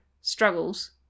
struggles